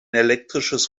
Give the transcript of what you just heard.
elektrisches